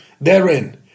therein